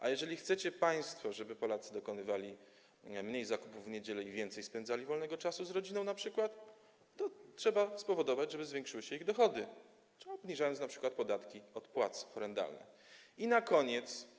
A jeżeli chcecie państwo, żeby Polacy dokonywali mniej zakupów w niedziele i więcej spędzali wolnego czasu z rodziną na przykład, to trzeba spowodować, żeby zwiększyły się ich dochody, obniżając np. horrendalne podatki od płac.